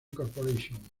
corporation